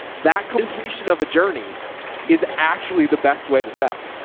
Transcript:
that completion of a journey is actually the best way to sell.